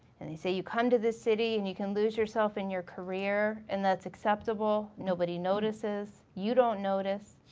and they say you come to this city and you can lose yourself in your career, and that's acceptable, nobody notices, you don't notice.